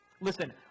Listen